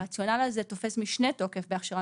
הרציונל הזה תופס משנה תוקף בהכשרה